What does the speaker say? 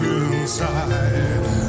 inside